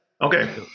Okay